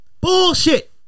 Bullshit